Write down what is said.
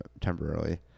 temporarily